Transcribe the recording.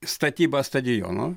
statyba stadiono